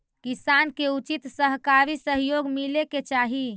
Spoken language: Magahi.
किसान के उचित सहकारी सहयोग मिले के चाहि